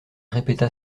répéta